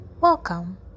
welcome